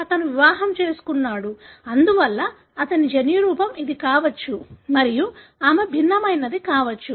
అతను వివాహం చేసుకున్నాడు అందువల్ల అతని జన్యురూపం ఇది కావచ్చు మరియు ఆమె భిన్నమైనది కావచ్చు